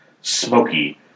smoky